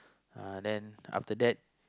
uh then after that